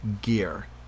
gear